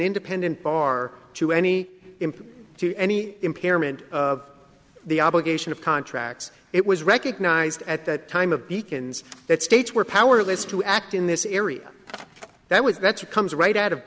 independent bar to any input to any impairment of the obligation of contracts it was recognized at the time of beacons that states were powerless to act in this area that was that's a comes right out of